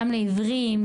גם לעיוורים,